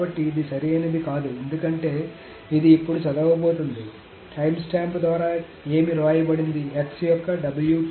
కాబట్టి ఇది సరైనది కాదు ఎందుకంటే ఇది ఇప్పుడు చదవబోతోంది టైమ్స్టాంప్ ద్వారా ఏమి వ్రాయబడింది x యొక్క wts